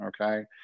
okay